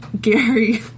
Gary